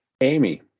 Amy